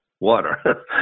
water